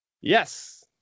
Yes